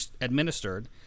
administered